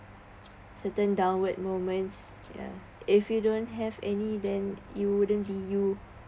certain downward moments ya if you don't have any then you wouldn't be you